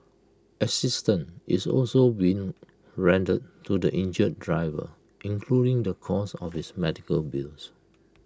assistance is also being rendered to the injured driver including the cost of his medical bills